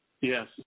Yes